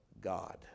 God